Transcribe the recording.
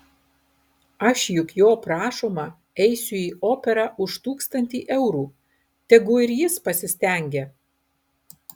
aš juk jo prašoma eisiu į operą už tūkstantį eurų tegu ir jis pasistengia